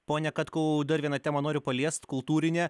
pone katkau dar vieną temą noriu paliest kultūrinę